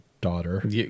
daughter